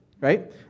right